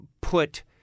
put